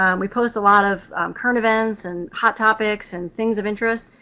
um we post a lot of current events and hot topics and things of interest.